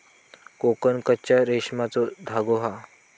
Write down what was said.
कोकन कच्च्या रेशमाचो धागो हा